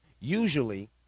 usually